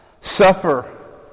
suffer